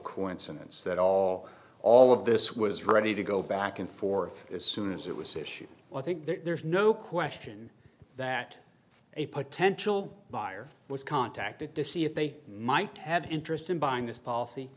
coincidence that all all of this was ready to go back and forth as soon as it was issued well i think there's no question that a potential buyer was contacted to see if they might have an interest in buying this policy